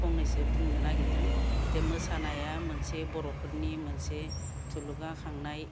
फंनैसो बुंनो नागिरदों दि मोसानाया मोनसे बर'फोरनि मोनसे थुलुंगाखांनाय